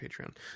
Patreon